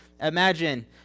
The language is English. imagine